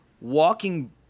walking